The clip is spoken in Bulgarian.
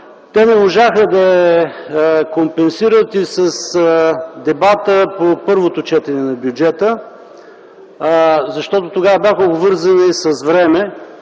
те не можаха да компенсират това и при дебата по първото четене на бюджета, защото тогава бяха обвързани с време